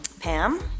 Pam